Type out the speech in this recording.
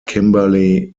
kimberley